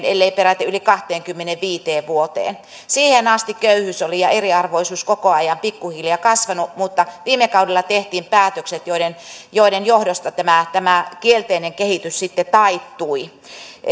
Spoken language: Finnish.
ellei peräti yli kahteenkymmeneenviiteen vuoteen siihen asti köyhyys ja eriarvoisuus olivat koko ajan pikkuhiljaa kasvaneet mutta viime kaudella tehtiin päätökset joiden joiden johdosta tämä tämä kielteinen kehitys sitten taittui